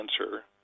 answer